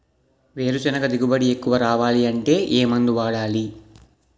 వేరుసెనగ దిగుబడి ఎక్కువ రావాలి అంటే ఏ మందు వాడాలి?